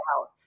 out